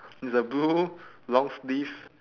is a blue long sleeve